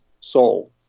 soul